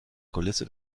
kulisse